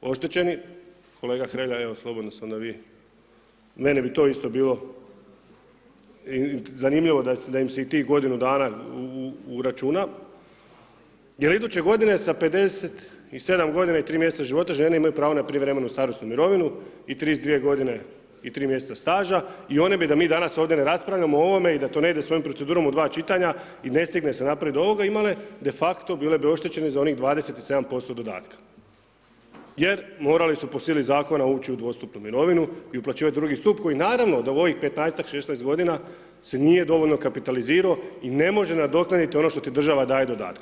oštećeni, kolega Hrelja, evo slobodno se onda vi, meni bi to isto bilo zanimljivo da im se i tih godinu dana uračuna jer iduće godine sa 57 g. i 3 mj. života, žene imaju pravo na prijevremenu starosnu mirovinu sa 32 g. i 3 mj. staža i oni bi da mi danas ovdje ne raspravljamo o ovome i da to ne ide s ovom procedurom u dva čitanja i ne stigne se napraviti, ... de facto bile bi oštećene za onih 27% dodatka jer morali su po sili zakona ući u dvostupnu mirovinu i uplaćivati drugi stup koji naravno da u ovih 15-ak, 16 g. se nije dovoljno kapitalizirao i ne može nadoknaditi ono što ti država daje dodatkom.